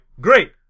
great